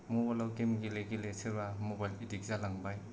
मबाइलाव गेम गेले गेले सोरबा मबाइल एडिक्ट जालांबाय